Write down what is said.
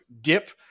dip